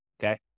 okay